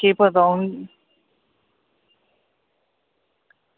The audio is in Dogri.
केह् पता हून